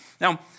Now